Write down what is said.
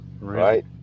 right